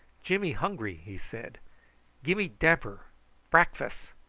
jimmy hungry, he said gimmy damper brackfass.